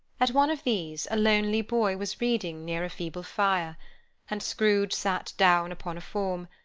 at one of these a lonely boy was reading near a feeble fire and scrooge sat down upon a form,